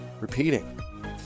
repeating